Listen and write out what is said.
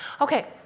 Okay